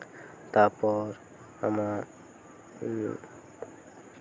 ᱛᱟᱨᱯᱚᱨ ᱚᱱᱟ